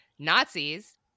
Nazis